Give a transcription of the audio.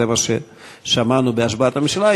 זה מה ששמענו בהשבעת הממשלה,